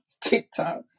TikTok